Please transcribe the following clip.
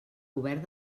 govern